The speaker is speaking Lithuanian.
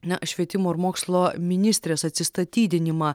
na švietimo ir mokslo ministrės atsistatydinimą